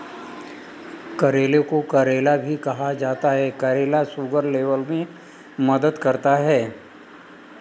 करेले को करेला भी कहा जाता है करेला शुगर लेवल में मदद करता है